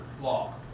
law